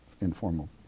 informal